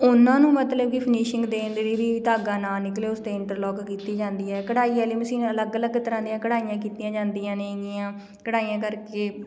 ਉਹਨਾਂ ਨੂੰ ਮਤਲਬ ਕਿ ਫਿਨਿਸ਼ਿੰਗ ਦੇਣ ਲਈ ਵੀ ਧਾਗਾ ਨਾ ਨਿਕਲੇ ਉਸ 'ਤੇ ਇੰਟਰਲੋਕ ਕੀਤੀ ਜਾਂਦੀ ਹੈ ਕਢਾਈ ਵਾਲੀ ਮਸ਼ੀਨ ਅਲੱਗ ਅਲੱਗ ਤਰ੍ਹਾਂ ਦੀਆਂ ਕਢਾਈਆਂ ਕੀਤੀਆਂ ਜਾਂਦੀਆਂ ਨੇਗੀਆਂ ਕਢਾਈਆਂ ਕਰਕੇ